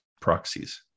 proxies